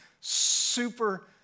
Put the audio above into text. super